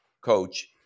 coach